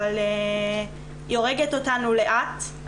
אבל היא הורגת אותנו לאט.